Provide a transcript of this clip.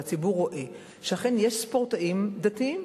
והציבור רואה שאכן יש ספורטאים דתיים,